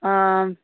ಹಾಂ